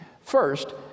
First